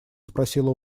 спросила